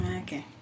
Okay